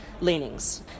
leanings